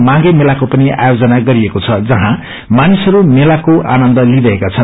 way मेलाक्रो पनि आयोजन गरिएको छ जहौँ मानिसहरू मेलाक्रो आनन्द लिइरहेका छन्